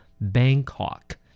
Bangkok